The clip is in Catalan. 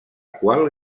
qual